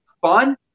fun